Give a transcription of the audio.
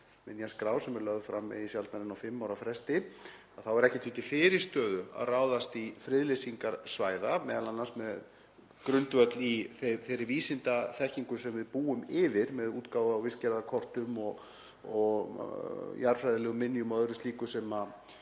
náttúruminjaskrá, sem er lögð fram eigi sjaldnar en á fimm ára fresti, þá er ekkert því til fyrirstöðu að ráðast í friðlýsingar svæða, m.a. með grundvöll í þeirri vísindaþekkingu sem við búum yfir, með útgáfu á vistgerðarkortum og jarðfræðilegum minjum og öðru slíku sem